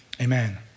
Amen